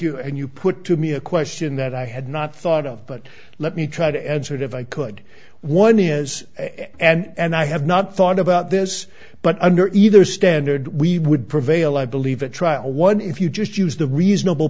you and you put to me a question that i had not thought of but let me try to exit if i could one is and i have not thought about this but under either standard we would prevail i believe a trial one if you just use the reasonable